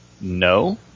no